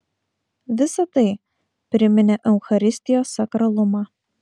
visa tai priminė eucharistijos sakralumą